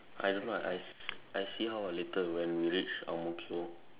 I don't know I I I see how ah later when we reach Ang-Mo-Kio